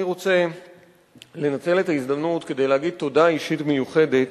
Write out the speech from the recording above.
אני רוצה לנצל את ההזדמנות כדי להגיד תודה אישית מיוחדת